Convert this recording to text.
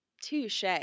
touche